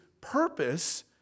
purpose